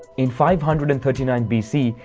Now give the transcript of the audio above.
in five hundred and thirty nine bc,